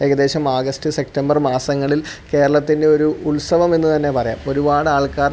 ഏകദേശം August September മാസങ്ങളിൽ കേരളത്തിൻ്റെ ഒരു ഉത്സവമെന്ന് തന്നെ പറയാം ഒരുപാട് ആൾക്കാർ